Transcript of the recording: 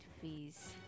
fees